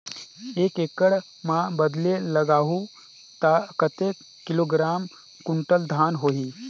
एक एकड़ मां बदले लगाहु ता कतेक किलोग्राम कुंटल धान होही?